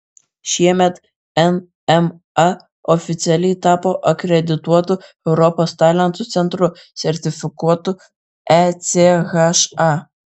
šiemet nma oficialiai tapo akredituotu europos talentų centru sertifikuotu echa